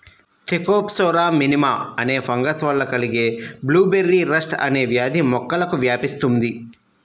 Thekopsora minima అనే fungus వల్ల కలిగే బ్లూబెర్రీ రస్ట్ అనే వ్యాధి మొక్కలకు వ్యాపిస్తుంది